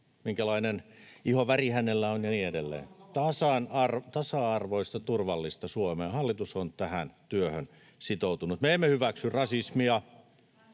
minkälainen ihonväri hänellä on, ja niin edelleen — tasa-arvoista, turvallista Suomea. Hallitus on tähän työhön sitoutunut. Me emme hyväksy rasismia.